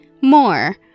more